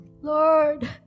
Lord